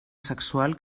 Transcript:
sexual